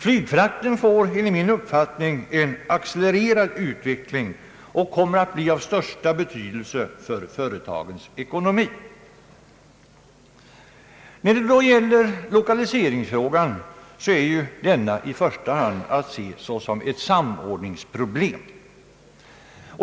Flygfrakten kommer enligt min uppfattning att få en accelererad utveckling och kommer därigenom att bli av största betydelse för företagens ekonomi. Lokaliseringsfrågan är i första hand att se som ett samordningsproblem.